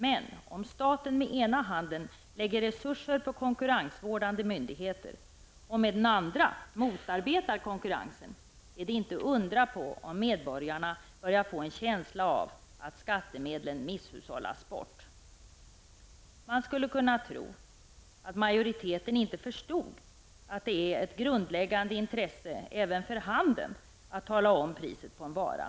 Men om staten med ena handen lägger resurser på konkurrensvårdande myndigheter och med andra handen motarbetar konkurrensen, är det inte undra på om medborgarna börjar få en känsla av att skattemedlen misshushållas bort. Man skulle kunna tro att majoriteten inte förstod att det är ett grundläggande intresse även för handeln att tala om priset på en vara.